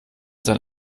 sein